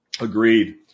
Agreed